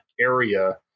area